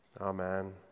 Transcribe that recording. Amen